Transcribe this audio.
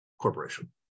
corporation